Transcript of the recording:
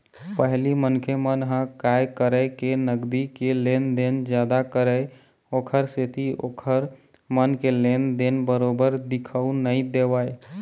पहिली मनखे मन ह काय करय के नगदी के लेन देन जादा करय ओखर सेती ओखर मन के लेन देन बरोबर दिखउ नइ देवय